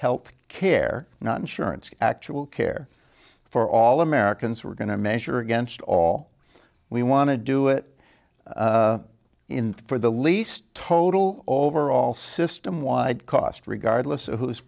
health care not insurance actual care for all americans we're going to measure against all we want to do it in for the least total overall system wide cost regardless of who's